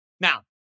Now